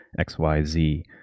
xyz